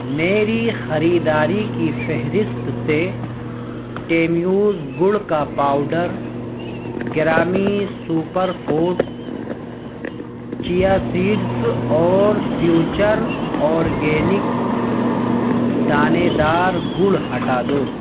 میری خریداری کی فہرست سے ٹیمیوز گڑ کا powder Gramiee super food chia seeds اور فیوچر آرگینکس دانے دار گڑ ہٹا دو